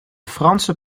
franse